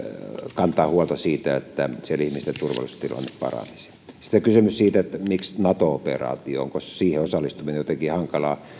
kantaa huolta siitä että siellä ihmisten turvallisuustilanne paranisi sitten kysymys siitä miksi nato operaatio onko siihen osallistuminen jotenkin hankalaa